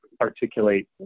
articulate